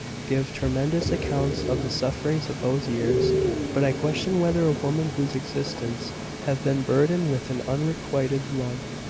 give tremendous accounts of the sufferings of those years but i question whether a woman whose existence has been burdened with an unrequited love,